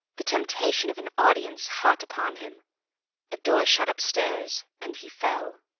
the temptation of an audience hot upon him a door shut upstairs, and he fell.